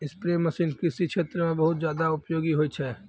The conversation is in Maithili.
स्प्रे मसीन कृषि क्षेत्र म बहुत जादा उपयोगी होय छै